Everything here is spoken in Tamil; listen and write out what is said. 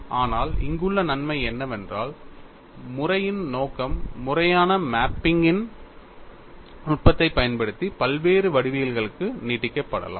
ஆனால் இங்குள்ள நன்மை என்னவென்றால் முறையின் நோக்கம் முறையான மேப்பிங்கின் நுட்பத்தைப் பயன்படுத்தி பல்வேறு வடிவவியல்களுக்கு நீட்டிக்கப்படலாம்